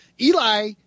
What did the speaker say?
Eli